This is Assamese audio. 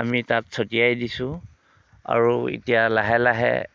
আমি তাত চটিয়াই দিছোঁ আৰু এতিয়া লাহে লাহে